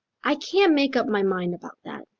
i can't make up my mind about that,